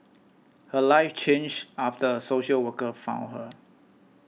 her life changed after a social worker found her